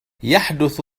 يحدث